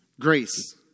Grace